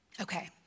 Okay